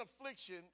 affliction